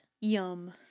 Yum